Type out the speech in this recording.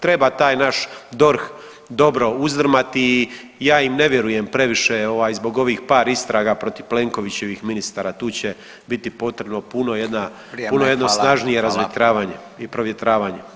Treba taj naš DORH dobro uzdrmati i ja im ne vjerujem previše ovaj zbog ovih par istraga protiv Plenkovićevih ministara tu će biti potrebno puno jedna, puno jedno [[Upadica: Vrijeme, hvala.]] snažnije razvjetravanje i provjetravanje.